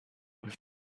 with